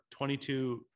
22